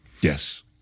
Yes